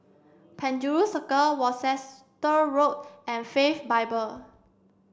Penjuru Circle Worcester Road and Faith Bible